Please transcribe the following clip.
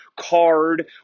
card